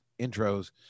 intros